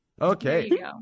Okay